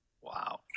Wow